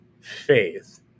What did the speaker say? faith